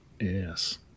Yes